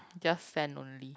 just sand only